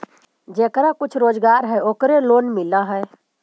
जेकरा कुछ रोजगार है ओकरे लोन मिल है?